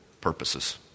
purposes